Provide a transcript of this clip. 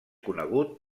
conegut